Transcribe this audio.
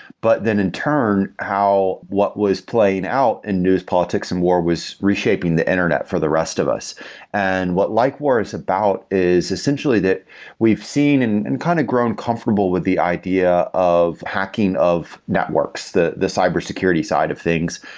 but then in turn, what was playing out in news, politics and war was reshaping the internet for the rest of us and what likewar is about is essentially that we've seen and and kind of grown comfortable with the idea of hacking of networks, the the cyber security side of things.